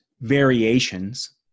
variations